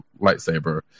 lightsaber